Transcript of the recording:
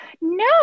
No